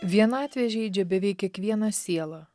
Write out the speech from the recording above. vienatvė žeidžia beveik kiekvieną sielą